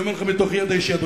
אני אומר לך מתוך ידע אישי,